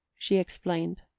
she explained,